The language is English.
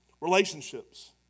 relationships